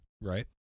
Right